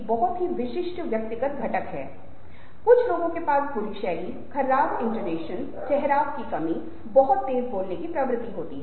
बहुत बार हमारी यह अभिव्यक्ति होती है कि उसकी मुस्कान आँखों को नहीं छूती थी इसका मतलब है जो हम मानते है